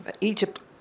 Egypt